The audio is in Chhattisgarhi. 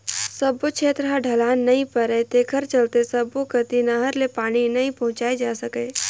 सब्बो छेत्र ह ढलान नइ परय तेखर चलते सब्बो कति नहर ले पानी नइ पहुंचाए जा सकय